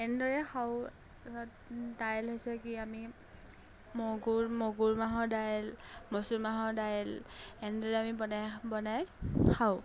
এনেদৰে খাওঁ দাইল হৈছে কি আমি মগুৰ মগুৰ মাহৰ দাইল মচুৰ মাহৰ দাইল এনেদৰে আমি বনাই বনাই খাওঁ